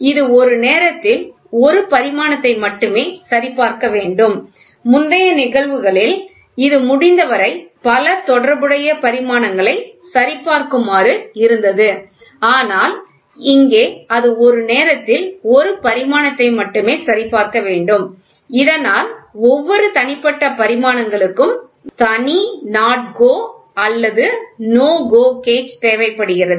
இது ஒரு நேரத்தில் ஒரு பரிமாணத்தை மட்டுமே சரிபார்க்க வேண்டும் முந்தைய நிகழ்வுகளில் இது முடிந்தவரை பல தொடர்புடைய பரிமாணங்களை சரி பார்க்குமாறு இருந்தது ஆனால் இங்கே அது ஒரு நேரத்தில் ஒரு பரிமாணத்தை மட்டுமே சரிபார்க்க வேண்டும் இதனால் ஒவ்வொரு தனிப்பட்ட பரிமாணங்களுக்கும் தனி NOT GO அல்லது NO GO கேஜ் தேவைப்படுகிறது